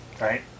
Right